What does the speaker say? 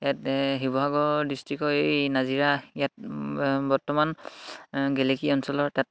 ইয়াত শিৱসাগৰ ডিষ্ট্ৰিক্টৰ এই নাজিৰা ইয়াত বৰ্তমান গেলেকী অঞ্চলৰ তাত